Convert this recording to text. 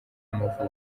y’amavuko